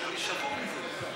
אני שבור מזה.